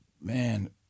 man